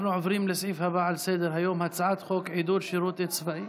אנחנו עוברים לסעיף הבא על סדר-היום: הצעת חוק עידוד שירות צבאי,